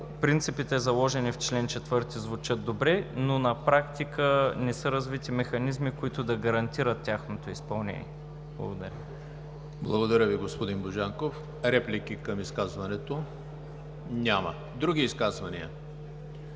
принципите, заложени в чл. 4 звучат добре, но на практика не са развити механизми, които да гарантират тяхното изпълнение. Благодаря. ПРЕДСЕДАТЕЛ ЕМИЛ ХРИСТОВ: Благодаря Ви, господин Божанков. Реплики към изказването? Няма. Други изказвания?